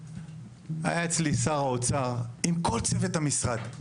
היה אצלי שר האוצר עם כל צוות המשרד,